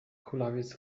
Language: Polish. kulawiec